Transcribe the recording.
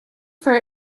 for